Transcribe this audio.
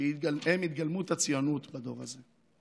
שהם התגלמות הציונות בדור הזה.